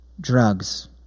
drugs